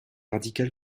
radical